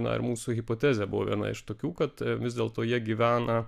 na ir mūsų hipotezė buvo viena iš tokių kad vis dėlto jie gyvena